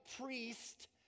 priest